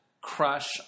crush